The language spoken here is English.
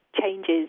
changes